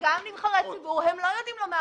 אנשים בכלל וגם נבחרי ציבור לא יודעים לומר